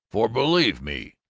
for, believe me,